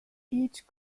each